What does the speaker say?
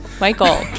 Michael